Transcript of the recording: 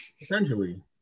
Essentially